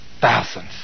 Thousands